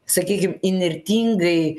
sakykim įnirtingai